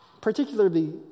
particularly